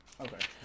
Okay